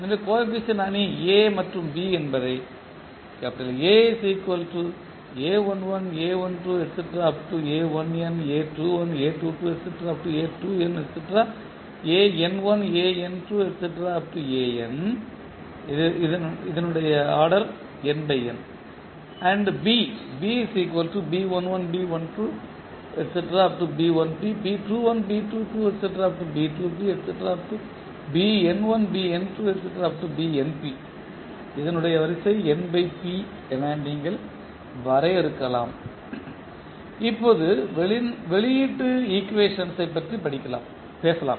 எனவே குணக அணி A மற்றும் B என்பதை என நீங்கள் வரையறுக்கலாம் இப்போது வெளியீட்டு ஈக்குவேஷன்ஸ் ஐப் பற்றி பேசலாம்